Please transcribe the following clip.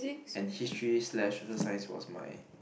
and history slash social science was my